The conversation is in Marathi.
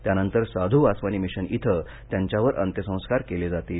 त्यानंतर साधू वासवानी मिशन इथं त्यांच्यावर अंत्यसंस्कार केले जातील